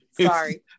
sorry